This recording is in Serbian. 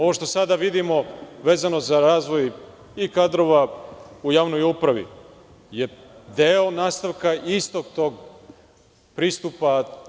Ovo što sada vidimo, vezano za razvoj kadrova u javnoj upravi, je deo nastavka istog tog pristupa.